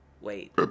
Wait